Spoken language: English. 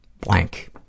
blank